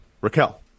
Raquel